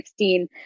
2016